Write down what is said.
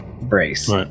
Brace